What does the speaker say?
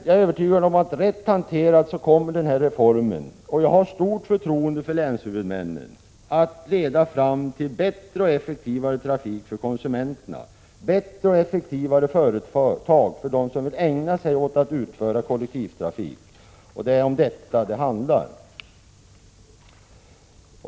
Jag är övertygad om att reformen rätt hanterad kommer — och jag har stort förtroende för länshuvudmännen — att leda till bättre och effektivare trafik för konsumenterna och bättre och effektivare företag för dem som vill ägna sig åt att utföra kollektivtrafik. Det är om detta det handlar.